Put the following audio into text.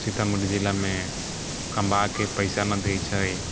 सीतामढ़ी जिलामे कमबाके पैसा नहि दै छै